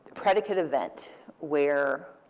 predicate event where